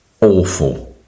Awful